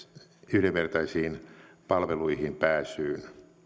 yhdenvertaisiin palveluihin pääsyyn